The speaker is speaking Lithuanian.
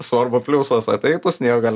svarbu pliusas ateitų sniegą